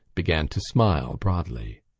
began to smile broadly.